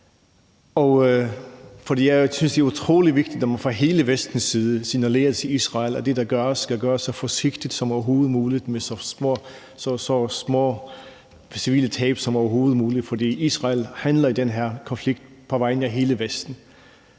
jeg synes, det er utrolig vigtigt, at man fra hele Vestens side signalerer til Israel, at det, der gøres, skal gøres så forsigtigt som overhovedet muligt og med så små civile tab som overhovedet muligt, for Israel handler i den her konflikt på vegne af hele Vesten.